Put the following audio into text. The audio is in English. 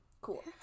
Cool